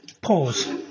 pause